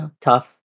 tough